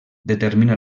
determina